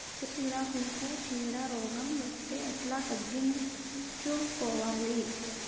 సిరాకుకు చీడ రోగం వస్తే ఎట్లా తగ్గించుకోవాలి?